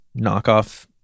knockoff